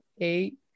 eight